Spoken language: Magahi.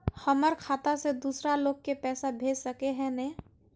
हमर खाता से दूसरा लोग के पैसा भेज सके है ने?